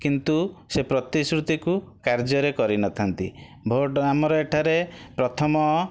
କିନ୍ତୁ ସେ ପ୍ରତିଶୃତିକୁ କାର୍ଯ୍ୟରେ କରି ନ ଥାନ୍ତି ଭୋଟ୍ ଆମର ଏଠାରେ ପ୍ରଥମ